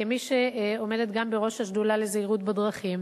כמי שעומדת גם בראש השדולה לזהירות בדרכים: